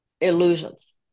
illusions